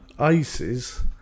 aces